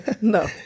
no